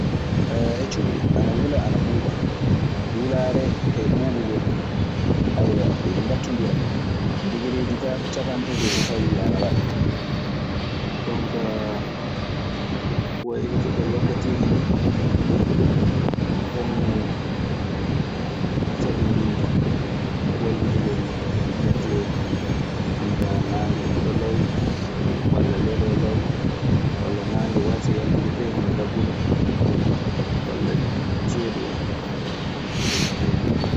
Ecopi ana wula ana ɓuuba, wulare e ɓubugol iɗi ɓatodira, degereji ka capantati e ko fawi ana waɗa. So a ƴeewii duu, ñalamaaji ɗii kañun ɓurata jammaaji ɗii juutde. Sikke walaa e ɗun kaa. Jonkaa waylitagol wakkatiiji ɗii kañun sabinbinta waylitagol metteyoo du. Jonkaa naange fuɗa law, walla leloo law, walla nannge waasa yaltude fey hono dabbunde en, walla ceeɗu en. Eyyo.